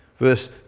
Verse